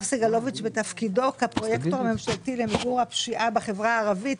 סגלוביץ' בתפקידו כפרויקטור הממשלתי למיגור הפשיעה בחברה הערבית,